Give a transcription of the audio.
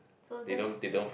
so that's